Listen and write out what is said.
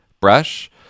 brush